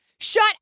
Shut